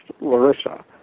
Larissa